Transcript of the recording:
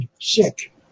sick